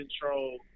control